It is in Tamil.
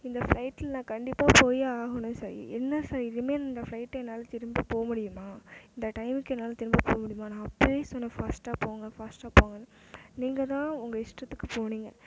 இந்த ஃபிளைட்டில் நான் கண்டிப்பாக போய் ஆகணும் சார் என்ன சார் இனிமே இந்த ஃபிளைட்டை என்னால் திரும்ப போக முடியுமா இந்த டைம்முக்கு என்னால் திரும்ப போக முடியுமா நான் அப்பவே சொன்னேன் ஃபாஸ்ட்டாக போங்க ஃபாஸ்ட்டாக போங்கன்னு நீங்கள் தான் உங்கள் இஷ்டத்துக்கு போனீங்க